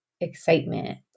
excitement